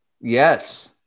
yes